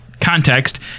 context